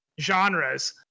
genres